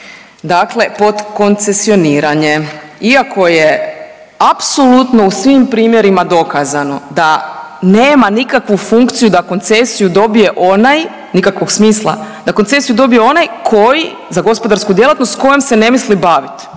dakle podkoncesioniranje, iako je apsolutno u svim primjerima dokazano da nema nikakvu funkciju da koncesiju dobije onaj, nikakvog smisla, da koncesiju dobije onaj koji, za gospodarsku djelatnost kojom se ne misli baviti.